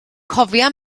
cofia